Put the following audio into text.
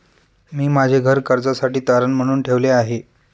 मी माझे घर कर्जासाठी तारण म्हणून ठेवले आहे